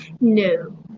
No